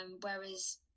whereas